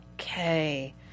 Okay